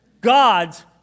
God's